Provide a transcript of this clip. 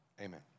Amen